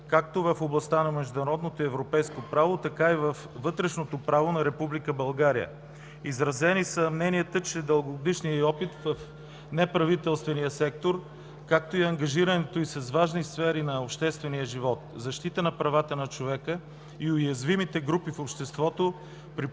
както в областта на международното и европейското право, така и във вътрешното право на Република България. Изразени са мнения, че дългогодишният й опит в неправителствения сектор, както и ангажирането й с важни сфери на обществения живот – защитата на правата на човека и уязвимите групи в обществото,